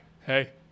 hey